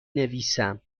نویسم